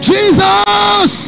Jesus